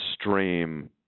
stream